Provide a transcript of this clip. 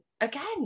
again